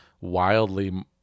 wildly